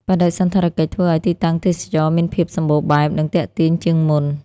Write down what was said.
បដិសណ្ឋារកិច្ចធ្វើឲ្យទីតាំងទេសចរណ៍មានភាពសម្បូរបែប និងទាក់ទាញជាងមុន។